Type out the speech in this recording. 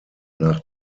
nach